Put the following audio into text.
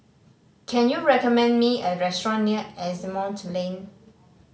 can you recommend me a restaurant near Asimont Lane